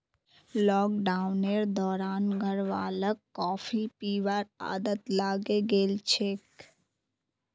लॉकडाउनेर दौरान घरवालाक कॉफी पीबार आदत लागे गेल छेक